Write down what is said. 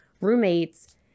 roommates